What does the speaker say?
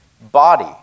body